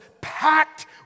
packed